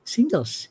Singles